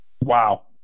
Wow